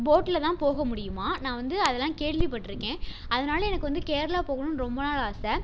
போட்டில் தான் போக முடியுமாம் நான் வந்து அதெல்லாம் கேள்விப்பட்டிருக்கேன் அதனால் எனக்கு வந்து கேரளா போகணுன்னு ரொம்ப நாள் ஆசை